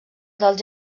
dels